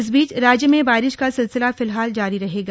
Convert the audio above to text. इस बीच राज्य में बारिश का सिलसिला फिलहाल जारी रहेगा